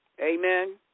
Amen